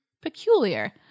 peculiar